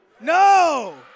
No